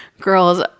girls